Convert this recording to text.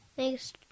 Thanks